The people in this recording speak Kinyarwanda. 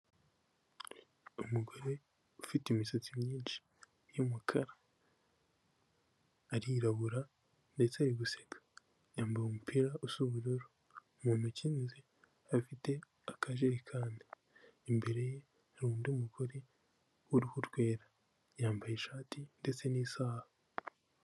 Umugore ufite imisatsi myinshi y'umukara. Arirabura ndetse ari guseka. Yambaye umupira usa ubururu. Uwo mukenyezi afite akajekani. Imbere ye hari undi mugore w'uruhu rwera. Yambaye ishati ndetse n'isaha.